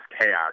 chaos